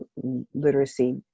literacy